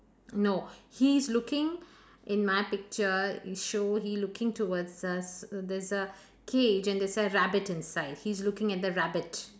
no he's looking in my picture show he looking towards a s~ there's a cage and there's a rabbit inside he's looking at the rabbit